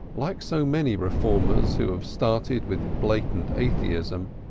like so many reformers who have started with blatant atheism,